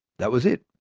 that was it.